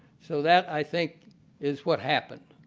so, that i think is what happened.